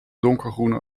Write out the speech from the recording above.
donkergroene